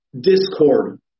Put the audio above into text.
discord